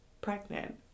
pregnant